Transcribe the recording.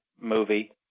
movie